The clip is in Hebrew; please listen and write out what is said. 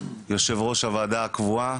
יו"ר הוועדה הקבועה,